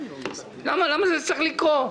למה זה צריך לקרות?